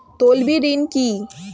তলবি ঋণ কি?